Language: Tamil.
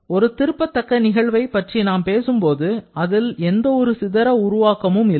ஒரு திருப்பத்தக்க நிகழ்வைப் பற்றி நாம் பேசும்போது அதில் எந்த ஒரு சிதற உருவாக்கமும் இல்லை